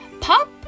Pop